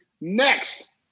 next